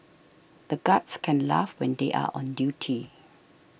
the guards can't laugh when they are on duty